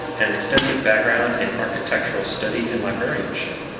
and extensive background in architectural study and librarianship.